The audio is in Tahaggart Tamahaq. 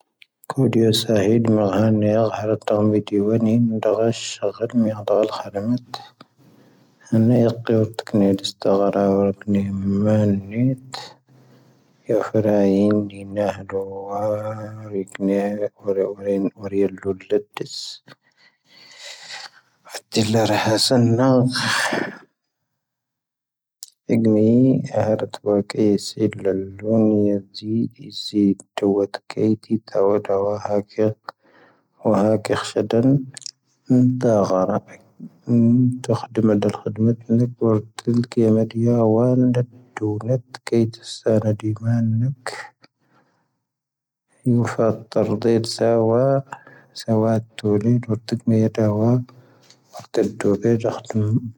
ⴷⵡⴰ ⵀⴰⵇⴻ. ⵡⴰ ⵀⴰⵇⴻ ⴽⵀⴻⴽⵀⵙⵀⴻⴷⴰⵏ. ⴷⴰ ⴳⵀⴰⴰⵔⴰⴱⴻⴽ. ⵜⴰⴽⴷⵉⵎⴰⴷ ⴰⵍ ⴽⵀⴷⵎⴰⴷ ⵏⵉⴽ. ⵡoⵔⵜⵉⴷ ⴷⵀⵉⴽ ⵢⴰⵎⴰⴷ ⵢⴰⵡⴰⵏ. ⴷⵀⵉⴽ ⴷⵀoⵓⵏⴻⵜ. ⴽⴻⵉⵜ ⵙⴰⵔⴰⴷⵉⵎⴰⵏ ⵏⵉⴽ. ⵢⵓⴼⴰⴰⵜ ⵜⴰⵔⵍ ⴷⵀⵉⵍ. ⵙⴰⵡⴰ. ⵙⴰⵡⴰⴰⵜ ⵜⵓⵍⵉⴷ. ⵡoⵔⵜⵉⴷ ⵏⵉⴽ ⵎⴻⵔⴰⵡⴰ. ⵡoⵔⵜⵉⴷ ⴷⵀⵡⴱⴻ ⴷⵀⴰⴽⵀⴷⵎ.